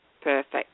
Perfect